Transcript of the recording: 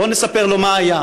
בואו נספר לו מה היה.